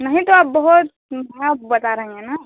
नहीं तो आप बहुत भाव बता रही हैं ना